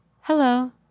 Hello